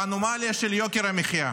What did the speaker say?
באנומליה של יוקר המחיה.